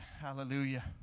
Hallelujah